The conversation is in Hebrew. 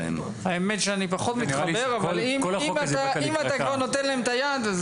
האמת שאני פחות מתחבר אבל אם אתה כבר נותן את היד,